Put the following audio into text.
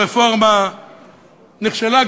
הרפורמה נכשלה,